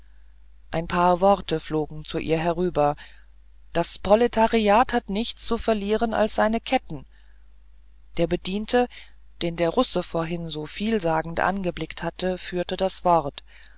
ein paar worte flogen zu ihr herüber das proletariat hat nichts zu verlieren als seine ketten der bediente den der russe vorhin so vielsagend angeblickt hatte führte das wort